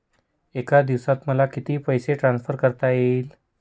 एका दिवसात मला किती पैसे ट्रान्सफर करता येतील?